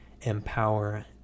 empower